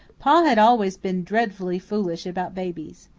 pa had always been dreadfully foolish about babies.